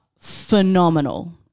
phenomenal